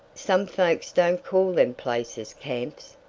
some folks don't call them places camps,